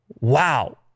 wow